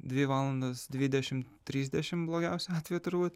dvi valandos dvidešim trisdešim blogiausiu atveju turbūt